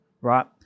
right